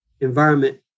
environment